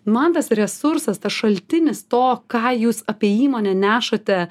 man tas resursas tas šaltinis to ką jūs apie įmonę nešate